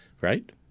Right